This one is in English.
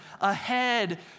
ahead